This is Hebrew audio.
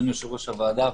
אדוני יושב-ראש הוועדה,